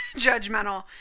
judgmental